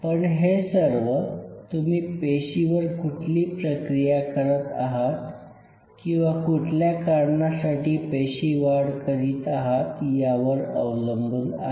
पण हे सर्व तुम्ही पेशीवर कुठली प्रक्रिया करत आहात किंवा कुठल्या कारणासाठी पेशी वाढ करीत आहात यावर अवलंबून आहे